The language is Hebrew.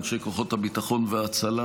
אנשי כוחות הביטחון וההצלה,